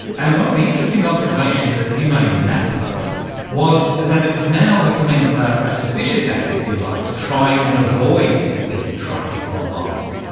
and one of the interesting observations that you made in that post was that it is now becoming a suspicious act, if you like, to try and avoid being tracked online.